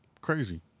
crazy